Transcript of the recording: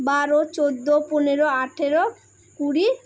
বারো চোদ্দো পনেরো আঠেরো কুড়ি